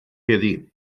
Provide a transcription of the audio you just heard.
heddiw